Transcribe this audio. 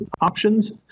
options